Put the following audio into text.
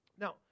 Now